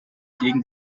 gegen